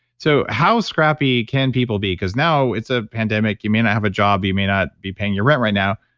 so, how scrappy can people be? because now it's a pandemic. you may not have a job, you may not be paying your rent right now.